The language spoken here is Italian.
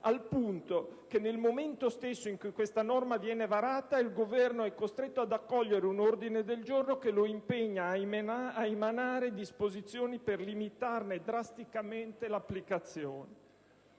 al punto che nel momento stesso in cui questa norma viene varata, il Governo è costretto ad accogliere un ordine del giorno che lo impegna a emanare disposizioni per limitarne drasticamente l'applicazione.